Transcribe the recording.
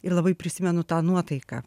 ir labai prisimenu tą nuotaiką